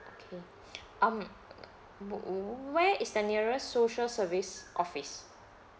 okay um but uh where is the nearest social service office